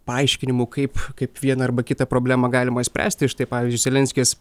paaiškinimų kaip kaip vieną arba kitą problemą galima išspręsti štai pavyzdžiui zelenskis